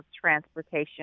transportation